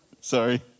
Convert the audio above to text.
Sorry